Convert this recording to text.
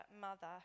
mother